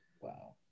Wow